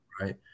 right